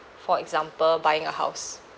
for example buying a house